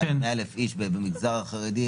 100,000 איש במגזר החרדי,